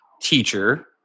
teacher